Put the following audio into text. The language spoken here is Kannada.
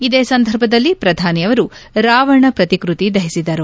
ಇದೇ ಸಂದರ್ಭದಲ್ಲಿ ಪ್ರಧಾನಿ ಅವರು ರಾವಣ ಪ್ರತಿಕೃತಿ ದಹಿಸಿದರು